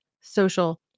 social